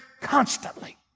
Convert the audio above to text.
constantly